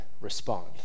respond